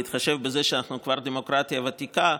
בהתחשב בזה שאנחנו כבר דמוקרטיה ותיקה,